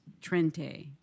Trente